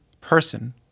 person